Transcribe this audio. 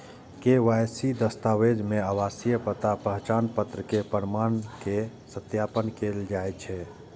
KYC दस्तावेज मे आवासीय पता, पहचान पत्र के प्रमाण के सत्यापन कैल जाइ छै